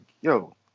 Yo